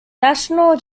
national